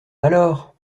alors